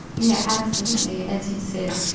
yeah absolutely. as you said,